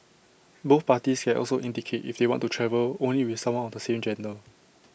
both parties can also indicate if they want to travel only with someone of the same gender